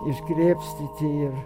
išgrėbstyti ir